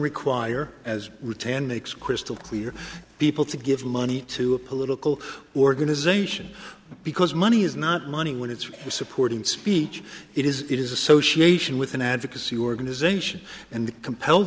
require as return makes crystal clear people to give money to a political organization because money is not money when it's supporting speech it is it is association with an advocacy organization and compel